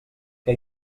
què